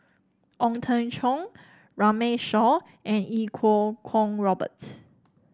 Ong Teng Cheong Runme Shaw and Iau Kuo Kwong Roberts